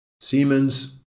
Siemens